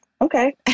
Okay